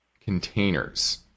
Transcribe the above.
containers